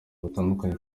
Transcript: batandukanye